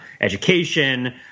education